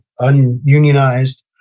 ununionized